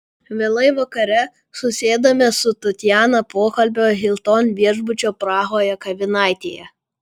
vėlai vakare susėdame su tatjana pokalbio hilton viešbučio prahoje kavinaitėje